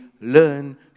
learn